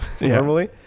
normally